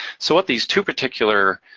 so what these two particular